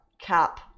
Cap